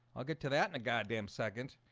i'll get to that in a goddamn second